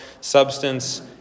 substance